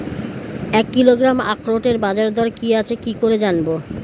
এক কিলোগ্রাম আখরোটের বাজারদর কি আছে কি করে জানবো?